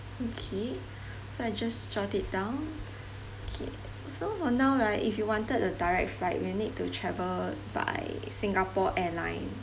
okay so I just jot it down K so for now right if you wanted a direct flight you need to travel by singapore airline